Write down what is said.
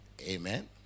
Amen